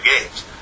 games